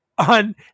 On